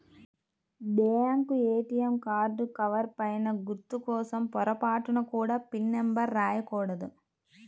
bank ATM card cover పైన గుర్తు కోసం పొరపాటున కూడా పిన్ నెంబర్ రాయకూడదు